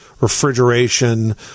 refrigeration